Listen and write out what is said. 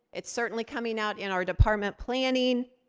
it's certainly coming out in our department planning.